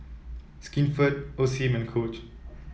Skinfood Osim and Coach